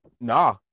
nah